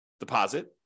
deposit